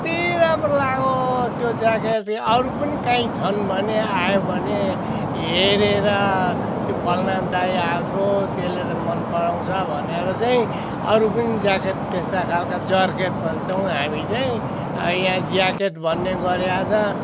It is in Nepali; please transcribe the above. अति राम्रो लाग्यो त्यो ज्याकेट अरू पनि कहीँ छन् भने आयो भने हेरेर त्यो फल्ना दाइ आएथ्यो त्यसले र मन पराउँछ भनेर चाहिँ अरू पनि ज्याकेट त्यस्ता खालका जरकेट भन्छौँ हामी चाहिँ यहाँ ज्याकेट भन्ने गऱ्या छ